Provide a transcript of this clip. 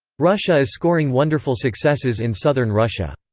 russia is scoring wonderful successes in southern russia.